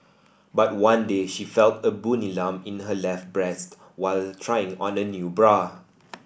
but one day she felt a bony lump in her left breast while trying on a new bra